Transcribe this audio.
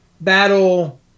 battle